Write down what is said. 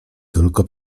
tylko